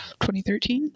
2013